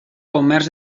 comerç